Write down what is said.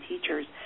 teachers